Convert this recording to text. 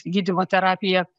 gydymo terapija